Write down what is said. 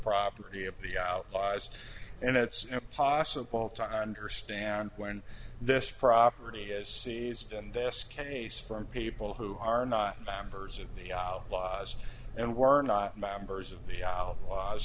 property of the outlaws and it's impossible to understand when this property is seized in this case from people who are not members of the outlaws and were not members of the